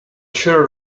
sure